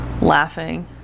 laughing